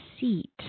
seat